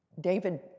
David